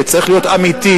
שצריך להיות אמיתי.